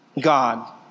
God